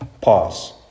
Pause